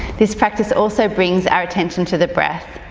this practice also brings our attention to the breath,